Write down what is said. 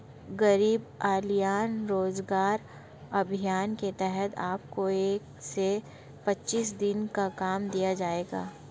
गरीब कल्याण रोजगार अभियान के तहत आपको एक सौ पच्चीस दिनों का काम दिया जाएगा